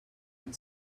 and